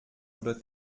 oder